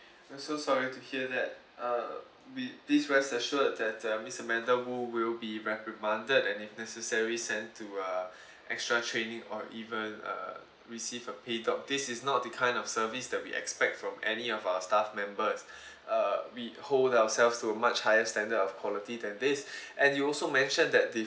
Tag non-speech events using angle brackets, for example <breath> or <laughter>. I'm so sorry to hear that uh be please rest assured that uh miss amanda wu will be reprimanded and if necessary sent to uh extra training or even uh receive a pay drop this is not the kind of service that we expect from any of our staff members <breath> uh we hold ourselves so much higher standard of quality than this <breath> and you also mentioned that the